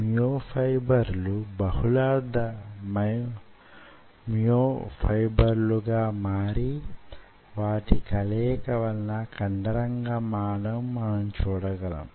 పలుచని నిర్మాణం లో మీరు శ్రేష్టతరమైన కదలికను గమనించ వచ్చు